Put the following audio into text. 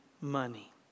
money